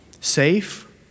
safe